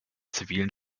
zivilen